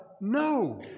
No